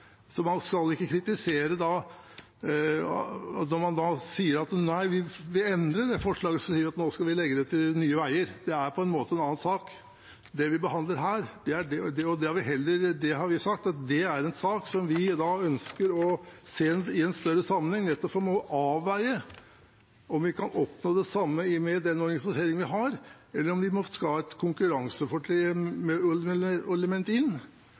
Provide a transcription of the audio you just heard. Så man skal ikke kritisere da, når man nå sier at man vil endre det forslaget, at man nå skal legge det til Nye Veier. Det er på en måte en annen sak. Det vi behandler her, og det har vi jo sagt, er en sak som vi ønsker å se i en større sammenheng, nettopp for å avveie om vi kan oppnå det samme med den organiseringen vi har, eller om vi skal ha et konkurranseelement inn. Men det er noe med